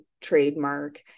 trademark